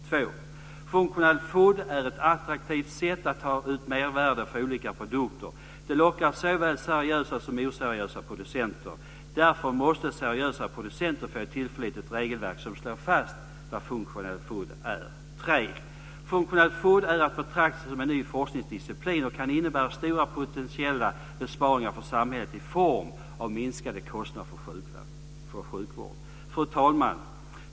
2. Functional food är ett attraktivt sätt att ta ut mervärde för olika produkter. Det lockar såväl seriösa som oseriösa producenter. Därför måste seriösa producenter få ett tillförlitligt regelverk som slår fast vad functional food är. 3. Functional food är att betrakta som en ny forskningsdisciplin och kan innebära stora potentiella besparingar för samhället i form av minskade kostnader för sjukvård. Fru talman!